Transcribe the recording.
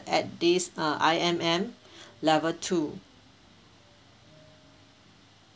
okay our restaurant located at this uh I_M_M level two